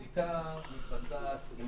הבדיקה מתבצעת עם